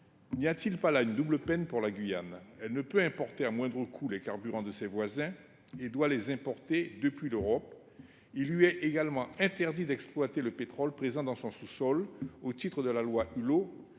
N’y a t il pas là une double peine pour la Guyane ? Elle ne peut importer à moindre coût les carburants de ses voisins et doit le faire depuis l’Europe. Il lui est également interdit d’exploiter le pétrole présent dans son sous sol au titre de la loi Hulot,